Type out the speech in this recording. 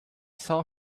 saw